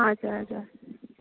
हजुर हजुर